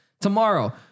tomorrow